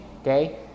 okay